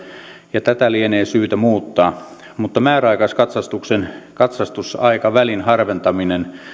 ja tätä lienee syytä muuttaa mutta määräaikaiskatsastuksen katsastusaikavälin harventaminen